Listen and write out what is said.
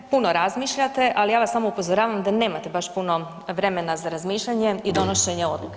Puno razmišljate, ali ja vas samo upozoravam da nemate baš puno vremena za razmišljanje i donošenje odluke.